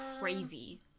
crazy